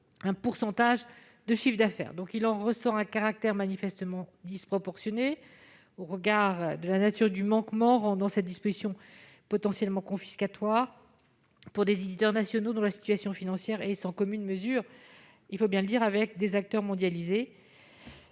un pourcentage de chiffre d'affaires. Il en ressort un caractère manifestement disproportionné des sanctions au regard de la nature du manquement, ce qui rend cette disposition potentiellement confiscatoire pour des éditeurs nationaux dont la situation financière est sans commune mesure avec celle d'acteurs mondialisés,